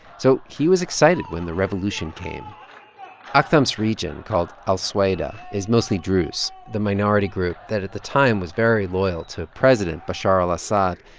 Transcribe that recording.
so he was excited when the revolution came afkem's region called as-suywada is mostly druze, the minority group that at the time was very loyal to president bashar al-assad.